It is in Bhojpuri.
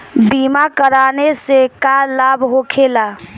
बीमा कराने से का लाभ होखेला?